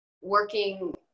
working